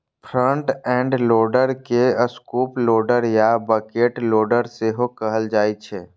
front end loader के scoop loader या bucket loader सेहो कहल जाइ छै